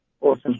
Awesome